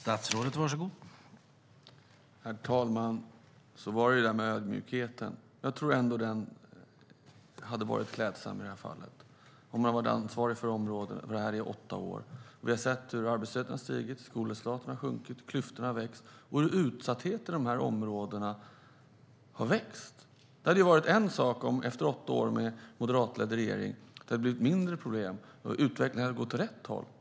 Herr talman! Så var det ju det där med ödmjukheten. Jag tror att den hade varit klädsam i det här fallet. Alliansen har varit ansvarig för det här i åtta år, och vi har sett hur arbetslösheten har stigit, skolresultaten sjunkit och klyftorna växt. Och utsattheten i de här områdena har växt. Det hade varit en sak om det efter åtta år med moderatledd regering hade blivit mindre problem och utvecklingen hade gått åt rätt håll.